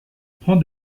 prend